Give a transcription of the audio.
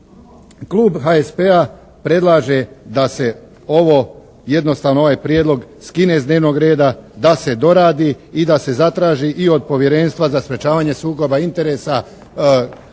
Klub HSP-a predlaže da se ovo, jednostavno ovaj prijedlog skine s dnevnog reda, da se doradi i da se zatraži i od Povjerenstva za sprečavanje sukoba interesa kakve